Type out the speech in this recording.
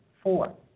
four